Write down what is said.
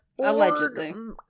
Allegedly